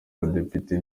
abadepite